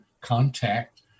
contact